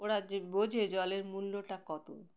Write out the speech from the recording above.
ওরা যে বোঝে জলের মূল্যটা কত